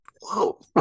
Whoa